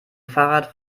fahrrad